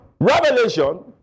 revelation